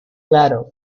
claro